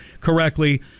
correctly